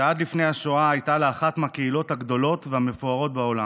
שעד לפני השואה הייתה אחת מהקהילות הגדולות והמפוארות בעולם,